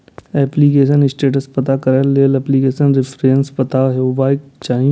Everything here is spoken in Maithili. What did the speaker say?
एप्लीकेशन स्टेटस पता करै लेल एप्लीकेशन रेफरेंस पता हेबाक चाही